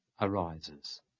arises